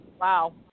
Wow